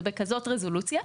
זה בכזאת רזולוציה.